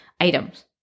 items